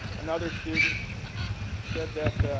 another student said that,